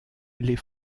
les